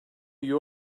you